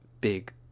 big